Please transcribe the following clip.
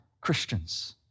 Christians